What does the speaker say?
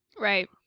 Right